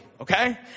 okay